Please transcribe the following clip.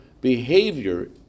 behavior